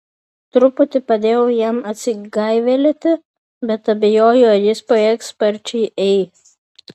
truputį padėjau jam atsigaivelėti bet abejoju ar jis pajėgs sparčiai ei